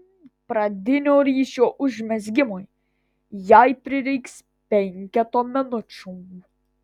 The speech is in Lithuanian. pradinio ryšio užmezgimui jai prireiks penketo minučių